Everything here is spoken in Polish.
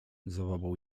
zawołał